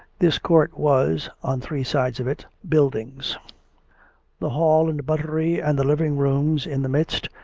this court was, on three sides of it, buildings the hall and the buttery and the living rooms in the midst,